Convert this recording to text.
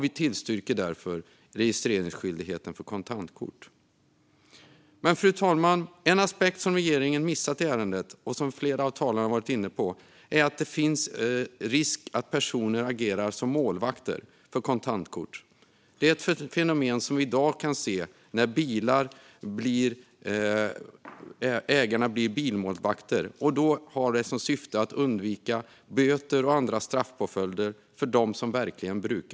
Vi tillstyrker därför registreringsskyldighet när det gäller kontantkort. Fru talman! En aspekt som regeringen dock har missat i ärendet och som flera av talarna varit inne på är att det finns risk för att personer agerar som målvakter för kontantkort. Det är ett fenomen som vi i dag kan se när bilar ägs av bilmålvakter i syfte att de som verkligen brukar bilarna ska undvika böter och straffpåföljder.